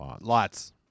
lots